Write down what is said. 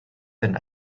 den